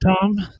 Tom